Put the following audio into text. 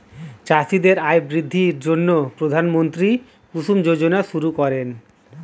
চাষীদের আয় বৃদ্ধির জন্য প্রধানমন্ত্রী কুসুম যোজনা শুরু করেন